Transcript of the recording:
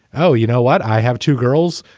oh, you know what? i have two girls.